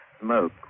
smoke